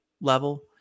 level